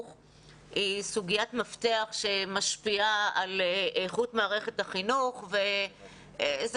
היא סוגיית מפתח שמשפיעה על איכות מערכת החינוך וזה